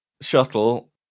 shuttle